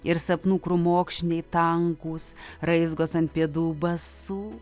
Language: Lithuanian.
ir sapnų krūmokšniai tankūs raizgos ant pėdų basų